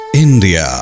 India